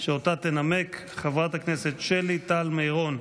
שתנמק חברת הכנסת שלי טל מירון.